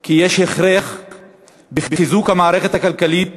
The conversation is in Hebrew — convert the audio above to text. כי יש הכרח בחיזוק המערכת הכלכלית,